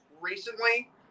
recently